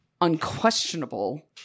unquestionable